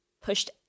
pushed